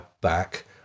back